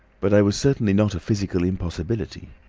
but i was certainly not a physical impossibility.